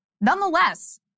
Nonetheless